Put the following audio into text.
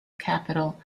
capital